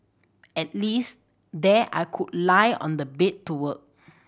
at least there I could lie on the bed to work